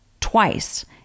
twice